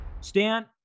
Stan